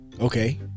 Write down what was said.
okay